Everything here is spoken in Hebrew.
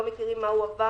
לא מכירים מה הוא עבר,